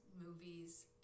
Movies